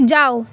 যাও